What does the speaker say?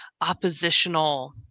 oppositional